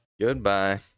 Goodbye